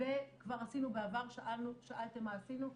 וכבר עשינו בעבר, שאלתם מה עשינו -- שנייה.